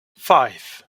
five